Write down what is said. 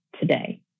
today